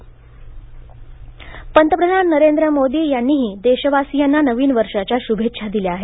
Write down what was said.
मोदी शुभेच्छा पंतप्रधान नरेंद्र मोदी यांनीही देशवासियांना नवीन वर्षाच्या शुभेच्छा दिल्या आहेत